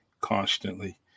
constantly